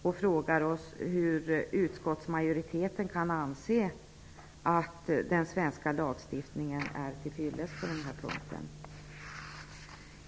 Vi frågar oss hur utskottsmajoriteten kan anse att den svenska lagstiftningen är till fyllest på denna punkt.